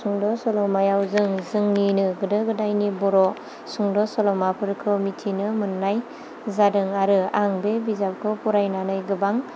सुंद' सल'मायाव जों जोंनिनो गोदो गोदायनि बर' सुंद' सल'माफोरखौ मिथिनो मोन्नाय जादों आरो आं बे बिजाबखौ फरायनानै गोबां